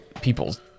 people's